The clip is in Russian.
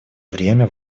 время